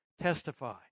testify